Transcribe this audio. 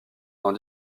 dans